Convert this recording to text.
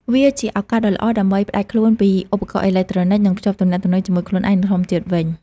វាជាឱកាសដ៏ល្អដើម្បីផ្តាច់ខ្លួនពីឧបករណ៍អេឡិចត្រូនិក និងភ្ជាប់ទំនាក់ទំនងជាមួយខ្លួនឯង និងធម្មជាតិវិញ។